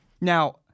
Now